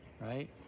right